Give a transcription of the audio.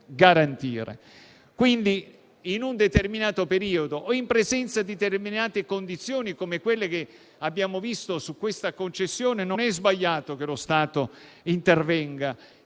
In un determinato periodo o in presenza di determinate condizioni, come quelle che abbiamo visto su questa concessione, non è sbagliato che lo Stato intervenga